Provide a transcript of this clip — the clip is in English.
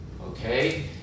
Okay